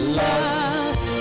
love